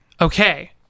okay